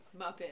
Muppet